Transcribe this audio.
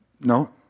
no